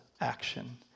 action